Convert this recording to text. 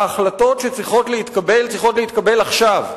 ההחלטות שצריכות להתקבל צריכות להתקבל עכשיו.